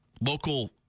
local